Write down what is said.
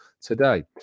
today